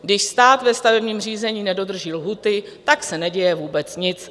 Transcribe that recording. Když stát ve stavebním řízení nedodrží lhůty, tak se neděje vůbec nic.